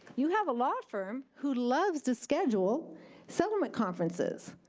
you have a law firm who loves to schedule settlement conferences.